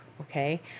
Okay